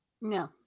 No